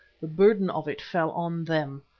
the burden of it fell on them.